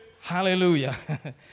Hallelujah